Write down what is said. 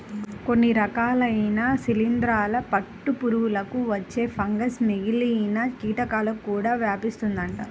కొన్ని రకాలైన శిలీందరాల పట్టు పురుగులకు వచ్చే ఫంగస్ మిగిలిన కీటకాలకు కూడా వ్యాపిస్తుందంట